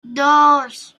dos